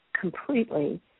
completely